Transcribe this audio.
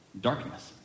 darkness